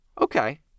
Okay